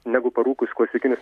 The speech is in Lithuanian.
negu parūkius klasikinius